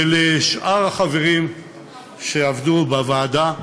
ולשאר החברים שעבדו בוועדה,